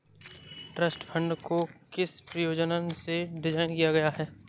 Trust fund को किस प्रयोजन से डिज़ाइन किया गया है?